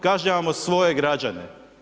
Kažnjavamo svoje građane.